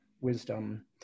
wisdom